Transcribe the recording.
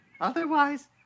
Otherwise